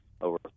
Over